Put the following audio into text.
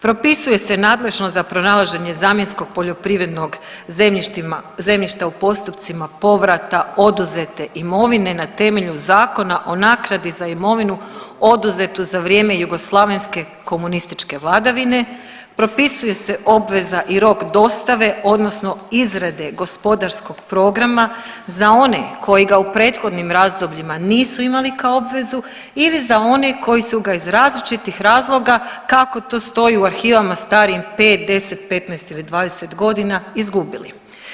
Propisuje se nadležnost za pronalaženje zamjenskog poljoprivrednog zemljišta u postupcima povrata oduzete imovine na temelju Zakona o naknadi za imovinu oduzetu za vrijeme jugoslavenske komunističke vladavine, propisuje se obveza i rok dostave odnosno izrade gospodarskog programa za one koji ga u prethodnim razdobljima nisu imali kao obvezu ili za one koji su ga iz različitih razloga kako to stoji u arhivama starijim 5, 10, 15 ili 20.g. izgubili.